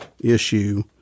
issue